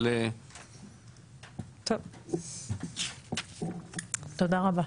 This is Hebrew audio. טוב, תודה רבה.